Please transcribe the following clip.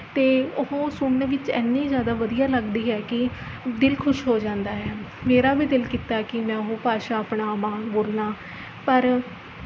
ਅਤੇ ਉਹ ਸੁਣਨ ਵਿੱਚ ਇੰਨੀ ਜ਼ਿਆਦਾ ਵਧੀਆ ਲੱਗਦੀ ਹੈ ਕਿ ਦਿਲ ਖੁਸ਼ ਹੋ ਜਾਂਦਾ ਹੈ ਮੇਰਾ ਵੀ ਦਿਲ ਕੀਤਾ ਕਿ ਮੈਂ ਉਹ ਭਾਸ਼ਾ ਅਪਣਾਵਾਂ ਬੋਲਾਂ ਪਰ